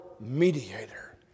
mediator